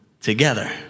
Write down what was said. together